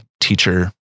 teacher